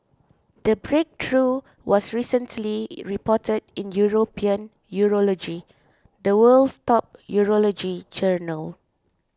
the breakthrough was recently reported in European Urology the world's top urology journal